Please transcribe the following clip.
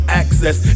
access